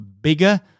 bigger